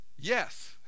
Yes